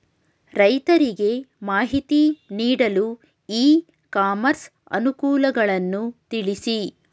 ರೈತರಿಗೆ ಮಾಹಿತಿ ನೀಡಲು ಇ ಕಾಮರ್ಸ್ ಅನುಕೂಲಗಳನ್ನು ತಿಳಿಸಿ?